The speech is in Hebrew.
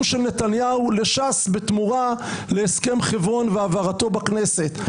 של נתניהו לש"ס בתמורה להסכם חברון והעברתו בכנסת.